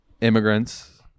Immigrants